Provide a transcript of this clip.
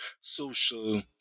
social